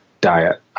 diet